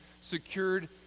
secured